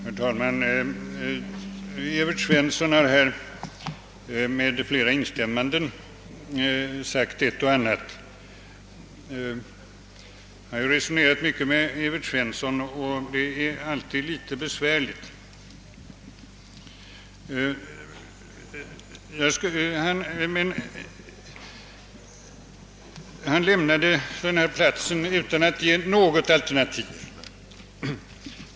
Herr talman! Herr Svensson i Kungälv har med flera instämmanden sagt ett och annat. Jag har resonerat mycket med honom, och det är alltid litet besvärligt. Han lämnade denna talarstol utan att ge något alternativ.